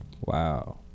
Wow